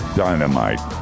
dynamite